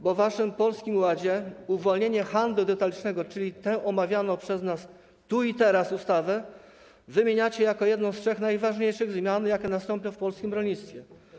Bo w waszym Polskim Ładzie uwolnienie handlu detalicznego, czyli tę omawianą przez nas tu i teraz ustawę, wymieniacie jako jedną z trzech najważniejszych zmian, jakie nastąpią w polskim rolnictwie.